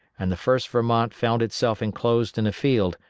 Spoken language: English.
and the first vermont found itself enclosed in a field,